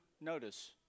notice